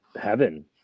heaven